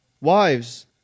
wives